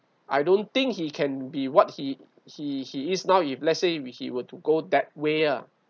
I don't think he can be what he he he is now if let's say if he were to go that way ah